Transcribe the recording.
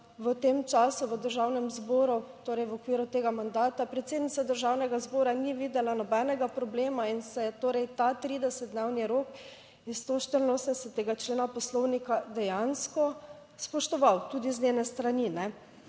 v tem času v Državnem zboru, torej v okviru tega mandata, predsednica Državnega zbora ni videla nobenega problema in se je torej ta 30-dnevni rok iz 184. člena Poslovnika dejansko spoštoval, tudi z njene strani, ne.